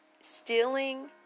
stealing